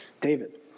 David